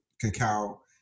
cacao